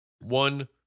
one